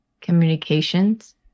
communications